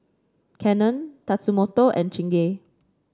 Canon Tatsumoto and Chingay